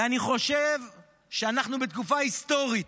ואני חושב שאנחנו בתקופה היסטורית.